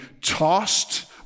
tossed